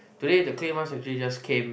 today the clay mask actually just came